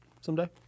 someday